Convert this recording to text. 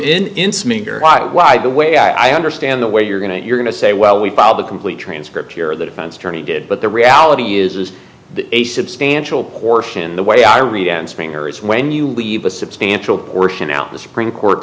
in the way i understand the way you're going to it you're going to say well we file the complete transcript here that offense attorney did but the reality is is that a substantial portion the way i read and springer is when you leave a substantial portion out the supreme court